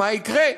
מה יקרה.